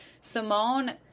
Simone